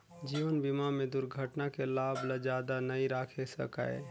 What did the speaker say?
जीवन बीमा में दुरघटना के लाभ ल जादा नई राखे सकाये